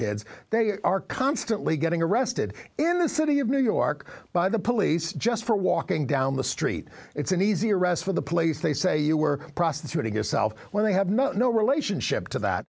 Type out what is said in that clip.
kids they are constantly getting arrested in the city of new york by the police just for walking down the street it's an easy arrest for the place they say you were prostituting yourself when they have no relationship to that